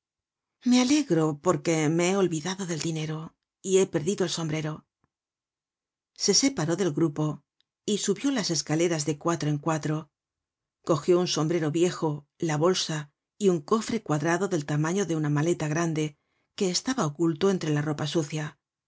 me alegro porque me he olvidado del dinero y he perdido el sombrero se separó del grupo y subió las escaleras de cuatro en cuatro cogió un sombrero viejo la bolsa y un cofre cuadrado del tamaño de una maleta grande que estaba oculto entre la ropa sucia al